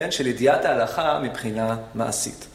של ידיעת ההלכה מבחינה מעשית.